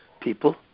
people